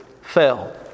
fell